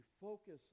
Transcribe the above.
Focus